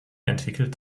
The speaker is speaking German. entwickelt